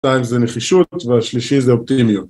‫שתיים זה נחישות והשלישי זה אופטימיות.